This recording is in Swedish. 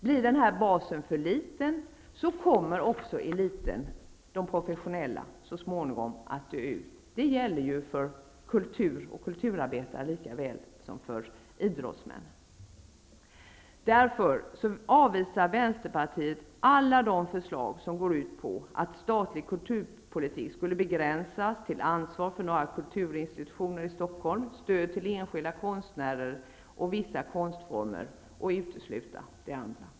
Blir den basen för liten kommer också eliten, de professionella, så småningom att dö ut. Det gäller för kulturarbetare lika väl som för idrottsmän. Vänsterpartiet avvisar därför alla de förslag som går ut på att statlig kulturpolitik skulle begränsas till anslag för några kulturinstitutioner i Stockholm, stöd till enskilda konstnärer och vissa konstformer och utesluta det andra.